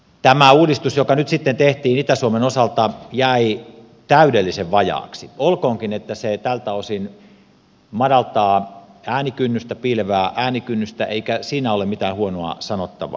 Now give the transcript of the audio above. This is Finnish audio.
tämä uudistus joka nyt sitten tehtiin itä suomen osalta jäi täydellisen vajaaksi olkoonkin että se tältä osin madaltaa piilevää äänikynnystä eikä siinä ole mitään huonoa sanottavaa